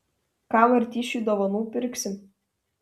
ką martyšiui dovanų pirksim